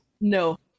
No